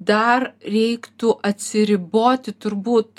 dar reiktų atsiriboti turbūt